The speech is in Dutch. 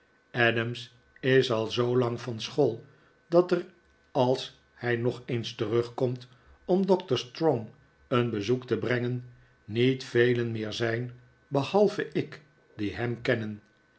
adams is al zoo lang van school dat er als hij nog eens terugkomt om doctor strong een bezoek te brengen niet velen meer zijn behalve ik die hem kennen